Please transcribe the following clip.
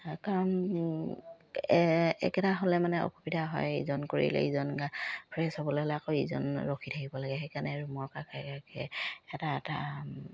কাৰণ একেটা হ'লে মানে অসুবিধা হয় ইজন কৰিলে ইজন ফ্ৰেছ হ'বলে ল'লে আকৌ ইজন ৰখি থাকিব লাগে সেইকাৰণে ৰুমৰ কাষে কাষে এটা এটা